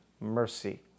mercy